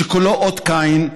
שכולו אות קין,